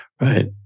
right